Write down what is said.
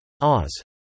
oz